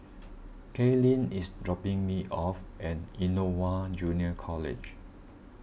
Caitlyn is dropping me off at Innova Junior College